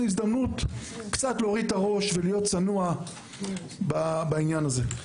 הזדמנות קצת להוריד את הראש ולהיות צנוע בעניין הזה.